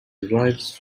derives